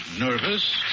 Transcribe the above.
nervous